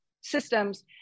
systems